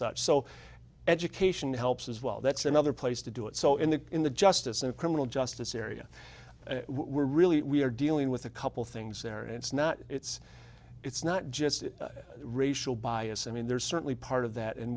such so education helps as well that's another place to do it so in the in the justice and criminal justice area we're really we're dealing with a couple things there and it's not it's it's not just racial bias i mean there's certainly part of that and